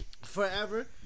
Forever